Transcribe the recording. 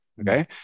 Okay